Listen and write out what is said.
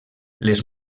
les